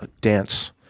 dance